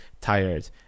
tired